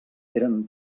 eren